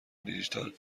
دیجیتال